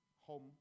home